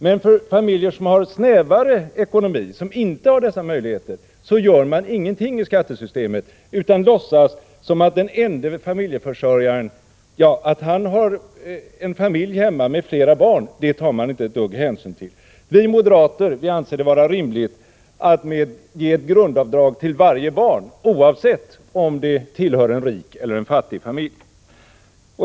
Men för familjer som har snävare ekonomi och som inte har dessa möjligheter gör man ingenting i skattesystemet. Att den ende familjeförsörjaren hemma har en familj med flera barn tar man inte ett dugg hänsyn till. Vi moderater anser det vara rimligt att ge ett grundavdrag till varje barn, oavsett om det tillhör en rik eller en fattig familj.